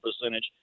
percentage